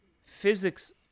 physics